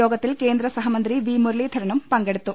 യോഗത്തിൽ കേന്ദ്ര സഹമന്ത്രി വി മുരളീധരനും പങ്കെടുത്തു